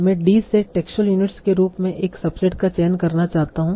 मैं d से textual units के रूप में एक सबसेट का चयन करना चाहता हूं